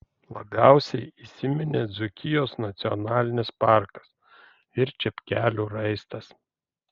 labiausiai įsiminė dzūkijos nacionalinis parkas ir čepkelių raistas